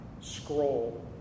scroll